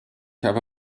habe